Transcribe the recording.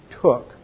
took